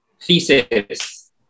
thesis